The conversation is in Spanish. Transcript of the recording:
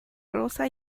rosa